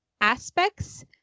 aspects